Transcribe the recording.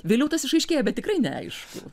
vėliau tas išaiškėja bet tikrai neaišku